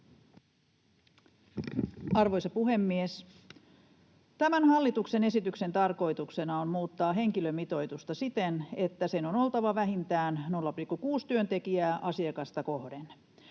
Arvoisa puhemies! Tämän hallituksen esityksen tarkoituksena on muuttaa henkilöstömitoitusta siten, että sen on oltava vähintään 0,6 työntekijää asiakasta kohden.